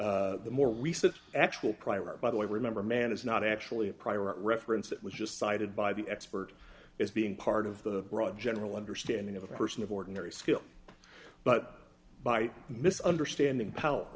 recent the more recent actual primary by the way remember man is not actually a prior art reference it was just cited by the expert as being part of the broad general understanding of a person of ordinary skill but by mis understanding powe